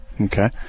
Okay